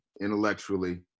intellectually